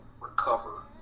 recover